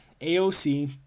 AOC